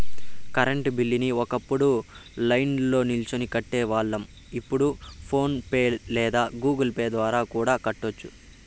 current బిల్లుని ఒకప్పుడు లైన్ల్నో నిల్చొని కట్టేవాళ్ళం, ఇప్పుడు ఫోన్ పే లేదా గుగుల్ పే ద్వారా కూడా కట్టొచ్చు